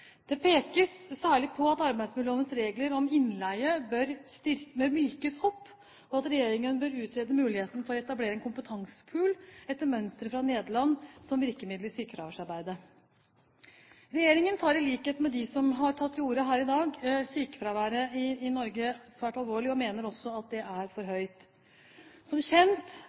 Det pekes særlig på at arbeidsmiljølovens regler om innleie bør mykes opp, og at regjeringen bør utrede muligheten for å etablere en kompetansepool etter mønster fra Nederland som virkemiddel i sykefraværsarbeidet. Regjeringen tar, i likhet med dem som har tatt ordet her i dag, sykefraværet i Norge svært alvorlig. Vi mener også at det er for høyt. Som kjent